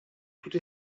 toute